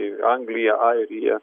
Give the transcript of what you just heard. į angliją airiją